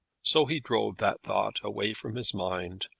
so he drove that thought away from his mind,